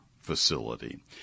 facility